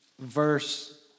verse